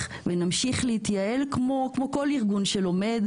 ונמשיך להתייעל כמו כל ארגון שלומד,